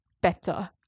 better